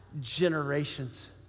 generations